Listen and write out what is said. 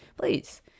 please